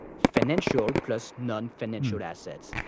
financial plus nonfinancial assets,